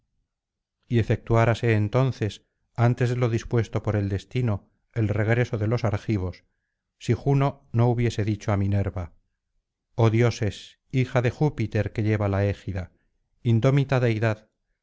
y efectuárase entonces antes de lo dispuesto por el destino el regreso de los argivos si juno no hubiese dicho á minerva oh dioses hija de júpiter que llévala égida indómita deidad